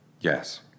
Yes